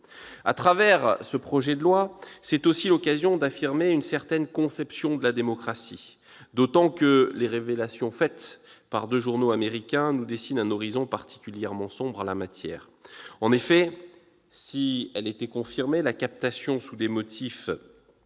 Au travers de ce projet de loi, c'est aussi l'occasion d'affirmer une certaine conception de la démocratie, d'autant que les révélations faites par deux journaux américains nous dessinent un horizon particulièrement sombre en la matière. En effet, si elle était confirmée, la captation par l'entreprise